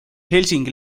helsingi